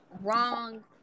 wrong